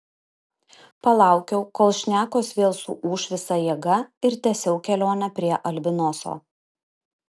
palaukiau kol šnekos vėl suūš visa jėga ir tęsiau kelionę prie albinoso